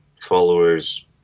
followers